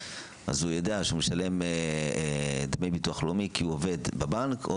אז הוא יידע שהוא משלם דמי ביטוח לאומי כי עובד בבנק או